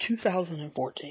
2014